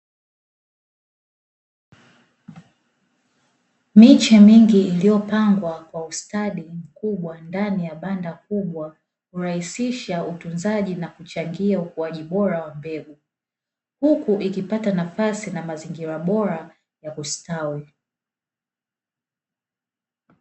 Miche mingi iliyopangwa kwa ustadi mkubwa ndani ya banda kubwa hurahisisha utunzaji na kuchangia ukuaji bora wa mbegu, huku ikipata nafasi na mazingira bora ya kustawi.